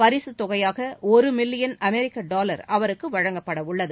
பரிக தொகையாக ஒரு மில்லியன் அமெரிக்க டாலர் அவருக்கு வழங்கப்படவுள்ளது